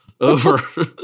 over